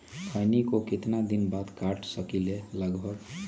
खैनी को कितना दिन बाद काट सकलिये है लगभग?